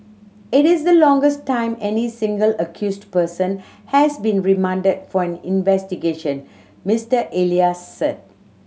it is the longest time any single accused person has been remanded for an investigation Mister Elias said